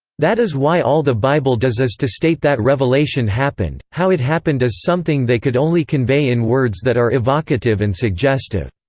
that is why all the bible does is to state that revelation happened. how it happened is something they could only convey in words that are evocative and suggestive.